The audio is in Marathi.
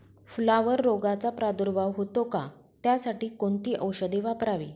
फुलावर रोगचा प्रादुर्भाव होतो का? त्यासाठी कोणती औषधे वापरावी?